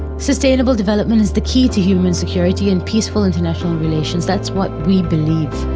sustainable development is the key to human security and peaceful international relations, that's what we believe,